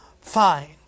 find